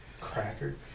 Cracker